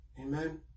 Amen